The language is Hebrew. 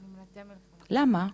למה?